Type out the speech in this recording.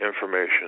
information